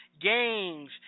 games